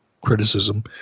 criticism